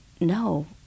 no